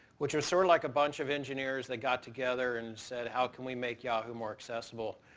which was sort of like a bunch of engineers that got together and said how can we make yahoo more accessible.